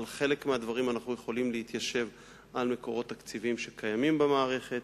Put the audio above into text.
בחלק מהדברים אנחנו יכולים להתיישב על מקורות תקציביים שקיימים במערכת.